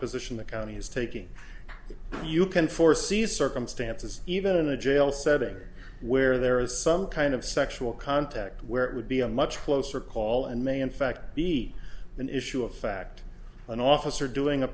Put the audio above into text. position the county is taking you can foresee circumstances even in a jail setting where there is some kind of sexual contact where it would be a much closer call and may in fact be an issue of fact an officer doing a